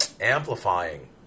Amplifying